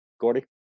gordy